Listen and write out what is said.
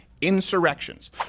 insurrections